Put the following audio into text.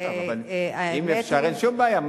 אבל אם אפשר, אין שום בעיה.